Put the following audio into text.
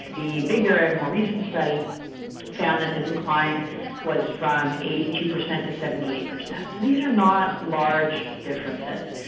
the bigger and more recent study found the decline was from eighty two percent to seventy eight percent. so these are not large differences.